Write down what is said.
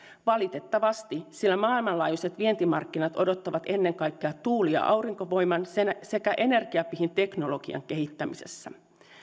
valitettavasti sillä maailmanlaajuiset vientimarkkinat odottavat ennen kaikkea tuuli ja aurinkovoiman sekä energiapihin teknologian kehittämisessä